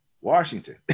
Washington